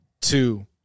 two